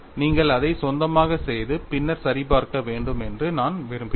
நீங்கள் அதை சொந்தமாகச் செய்து பின்னர் சரிபார்க்க வேண்டும் என்று நான் விரும்புகிறேன்